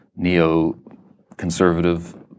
neoconservative